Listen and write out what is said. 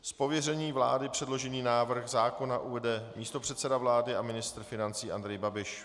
Z pověření vlády předložený návrh zákona uvede místopředseda vlády a ministr financí Andrej Babiš.